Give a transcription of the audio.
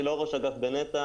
אני לא ראש אגף בנתב"ע,